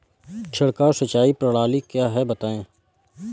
छिड़काव सिंचाई प्रणाली क्या है बताएँ?